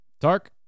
Dark